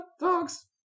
dogs